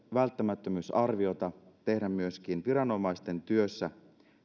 välttämättömyysarviota tulee tehdä myöskin viranomaisten työssä